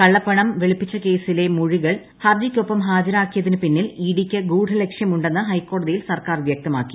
കള്ളപ്പണം വെളുപ്പിച്ച കേസിലെ മൊഴികൾ ഹർജിക്കൊപ്പം ഹാജരാക്കിയതിന് പിന്നിൽ ഇഡി യ്ക്ക് ഗൂഢലക്ഷ്യമുണ്ടെന്ന് ഹൈക്കോടതിയിൽ സർക്കാർ വൃക്തമാക്കി